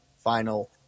final